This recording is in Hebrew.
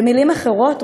במילים אחרות,